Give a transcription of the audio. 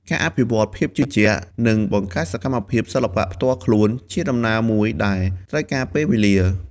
ការអភិវឌ្ឍភាពជឿជាក់ និងបង្កើតសកម្មភាពសិល្បៈផ្ទាល់ខ្លួនជាដំណើរមួយដែលត្រូវការពេលវេលា។